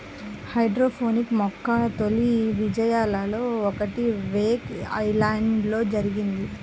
hydroponics యొక్క తొలి విజయాలలో ఒకటి వేక్ ఐలాండ్లో జరిగింది